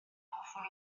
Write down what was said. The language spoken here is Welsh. hoffwn